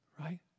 right